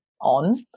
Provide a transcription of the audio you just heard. on